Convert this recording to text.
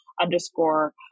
underscore